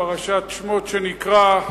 פרשת שמות שנקרא,